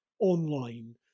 online